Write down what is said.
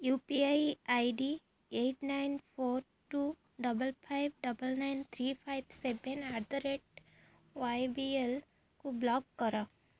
you P I I D eight nine four two double five double nine three five seven at the rate ୱାଇବିଏଲ୍କୁ block କର